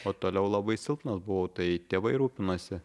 o toliau labai silpnas buvau tai tėvai rūpinosi